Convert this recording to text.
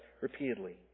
repeatedly